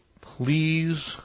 please